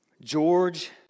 George